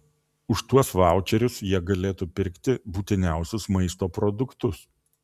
už tuos vaučerius jie galėtų pirkti būtiniausius maisto produktus